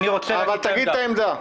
אבל תגיד את העמדה.